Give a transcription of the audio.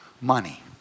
money